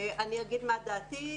אני אגיד מה דעתי.